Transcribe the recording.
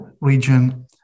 region